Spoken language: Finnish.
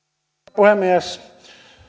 puhemies